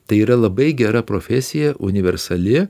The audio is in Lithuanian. tai yra labai gera profesija universali